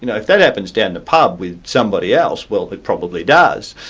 you know if that happens down the pub with somebody else, well it probably does,